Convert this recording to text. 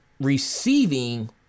receiving